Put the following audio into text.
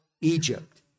Egypt